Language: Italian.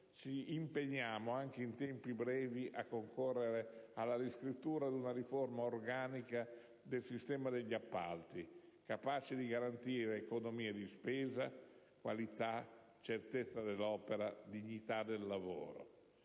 ci impegniamo, anche in tempi brevi, a concorrere alla riscrittura di una riforma organica del sistema degli appalti, capace di garantire economie di spesa, qualità, certezza dell'opera, dignità del lavoro;